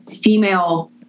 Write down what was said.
female